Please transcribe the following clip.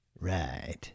right